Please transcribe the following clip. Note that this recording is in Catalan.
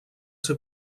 ser